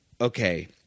Okay